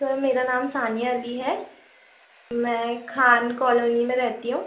sir मेरा नाम सानिया अली है मैं ख़ान कॉलोनी में रहती हूँ